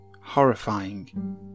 horrifying